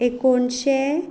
एकोणशे